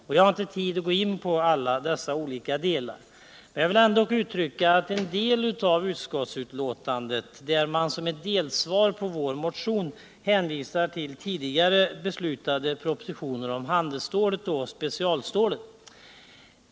Jag har nu inte tid att gå in på alla dessa olika delar, men jag vill ändå yttra mig över den del av betänkandet där man som ett delsvar på vår motion hänvisar till tidigare beslut med anledning av propositioner om handelsstålet och specialstålet.